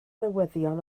newyddion